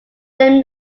their